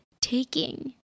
taking